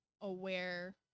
aware